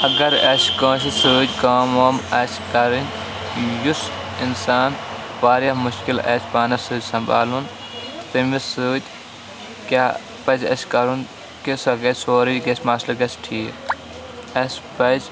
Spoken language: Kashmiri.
اگر اَسہِ کٲنٛسہِ سۭتۍ کٲم وٲم آسہِ کَرٕنۍ یُس اِنسان واریاہ مُشکل آسہِ پانَس سۭتۍ سنٛمبھالُن تٔمِس سۭتۍ کیٛاہ پَزِ اَسہِ کرُن کہِ سُہ گژھِ سورُے گژھِ مَسلہٕ گژھِ ٹھیٖک اَسہِ پَزِ